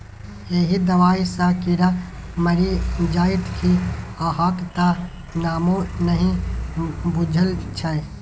एहि दबाई सँ कीड़ा मरि जाइत कि अहाँक त नामो नहि बुझल छै